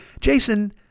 Jason